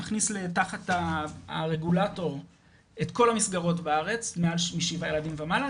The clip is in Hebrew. כניס תחת הרגולטור את כל המסגרות בארץ מעל שבעה ילדים ומעלה,